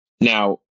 Now